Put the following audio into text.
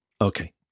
Okay